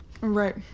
Right